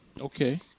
Okay